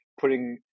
putting